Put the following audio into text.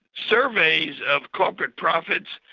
surveys of corporate profits,